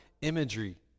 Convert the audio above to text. imagery